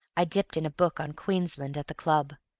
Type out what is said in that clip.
i dipped in a book on queensland at the club.